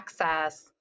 access